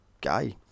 guy